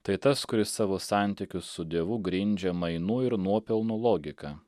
tai tas kuris savo santykius su dievu grindžia mainų ir nuopelnų logika